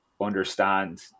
understand